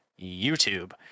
YouTube